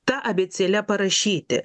ta abėcėle parašyti